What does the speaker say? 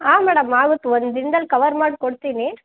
ಆಂ madam ಆವತ್ತು ಒಂದು ದಿನದಲ್ಲಿ ಕವರ್ ಮಾಡಿ ಕೊಡ್ತೀನಿ